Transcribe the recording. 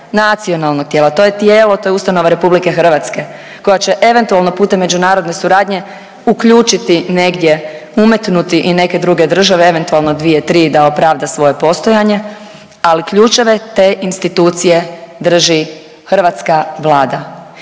nacionalno tijelo, to je tijelo, to je ustanova RH koja će eventualno putem međunarodne suradnje uključiti negdje umetnuti i neke druge države, eventualno dvije, tri da opravda svoje postojanje, ali ključeve te institucije drži hrvatska Vlada.